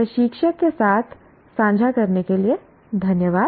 प्रशिक्षक के साथ साझा करने के लिए धन्यवाद